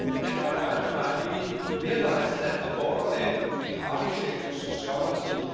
and my wife and i, we realized that the borderland between architecture sociology,